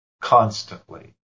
Constantly